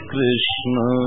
Krishna